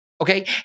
Okay